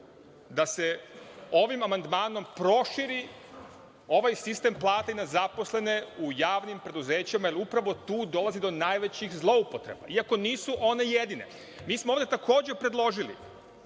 da se ovim amandmanom proširi ovaj sistem plata i na zaposlene u javnim preduzećima, jer upravo tu dolazi do najvećih zloupotreba, iako nisu one jedine. Mi smo ovde takođe predložili,